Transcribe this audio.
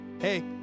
hey